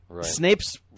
Snape's